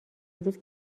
روز